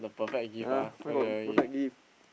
!huh! where got perfect gift